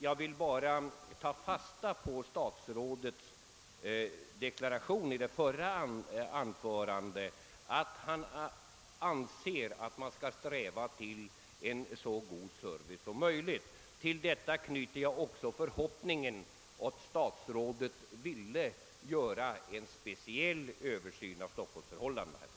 Jag vill dock ta fasta på statsrådets deklaration i det senaste anförandet, att han anser att man skall sträva efter en så god service som möjligt. Till detta uttalande knyter jag också den förhoppningen, att statsrådet ville göra en speciell översyn av stockholmsförhållandena.